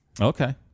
Okay